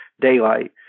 daylight